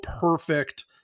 perfect